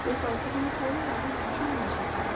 এই গল্পগুলো পড়ে আমি ভীষণ হেসেছিলাম